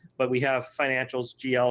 but we have financials, gla,